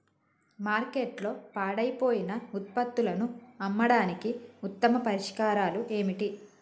మార్కెట్లో పాడైపోయిన ఉత్పత్తులను అమ్మడానికి ఉత్తమ పరిష్కారాలు ఏమిటి?